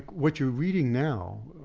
what you're reading now,